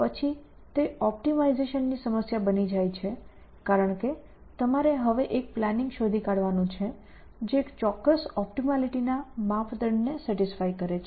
પછી તે ઓપ્ટિમાઇઝેશન ની સમસ્યા બની જાય છે કારણ કે તમારે હવે એક પ્લાનિંગ શોધી કાઢવાનું છે જે ચોક્કસ ઓપ્ટિમાલીટી ના માપદંડને સેટિસ્ફાય કરે છે